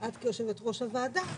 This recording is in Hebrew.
את כיושבת-ראש הוועדה,